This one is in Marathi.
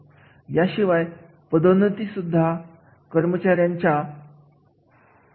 परंतु जेव्हा आपण कार्याच्या मूल्यमापन विषय बोलत असतो तेव्हा आपण कुठल्या एका व्यक्तीच्या कामगिरीविषयी विचार करत नाही